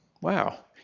Wow